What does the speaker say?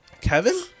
Kevin